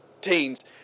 Teens